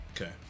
Okay